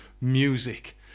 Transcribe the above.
music